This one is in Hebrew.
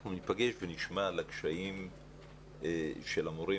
אנחנו ניפגש ונשמע על הקשיים של המורים.